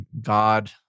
God